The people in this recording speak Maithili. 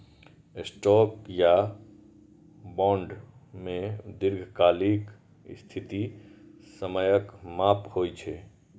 स्टॉक या बॉन्ड मे दीर्घकालिक स्थिति समयक माप होइ छै